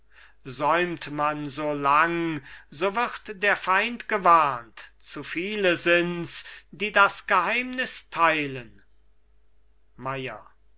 man so lang so wird der feind gewarnt zu viele sind's die das geheimnis teilen